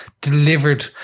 delivered